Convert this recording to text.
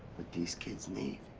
what these kids need,